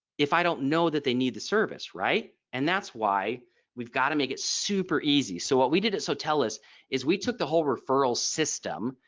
if i don't know that they need the service right and that's why we've got to make it super easy. so what we did it sotellus is we took the whole referral system.